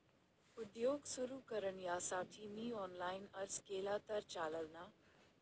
उद्योग सुरु करण्यासाठी मी ऑनलाईन अर्ज केला तर चालेल ना?